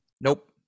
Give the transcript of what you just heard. Nope